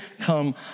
come